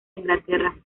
inglaterra